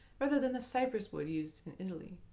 rather than the cypress wood used in italy,